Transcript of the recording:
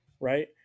right